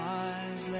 eyes